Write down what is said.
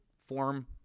form